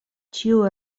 ĉiuj